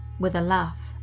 with a laugh,